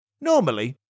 Normally